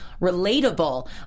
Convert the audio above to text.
relatable